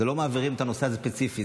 לא מעבירים את הנושא הזה ספציפית.